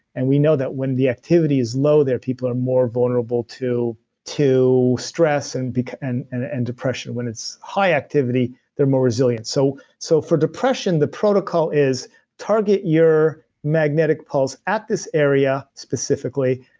and we know that when the activity is low there, people are more vulnerable to to stress and and and and depression. when it's high activity, they're more resilient so so for depression, the protocol is target your magnetic pulse at this area specifically.